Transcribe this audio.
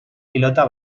pilota